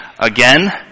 again